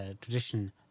tradition